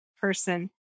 person